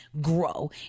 grow